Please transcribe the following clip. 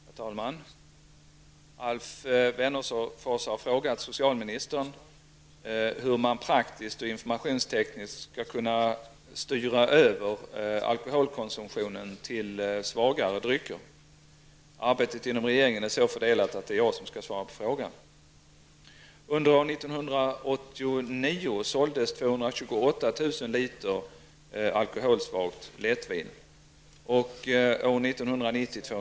Herr talman! Alf Wennerfors har frågat socialministern hur man praktiskt och informationstekniskt skall kunna styra över alkoholkonsumtionen till svagare drycker. Arbetet inom regeringen är så fördelat att det är jag som skall svara på frågan.